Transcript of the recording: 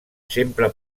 sempre